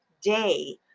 day